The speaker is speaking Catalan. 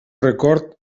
record